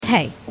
Hey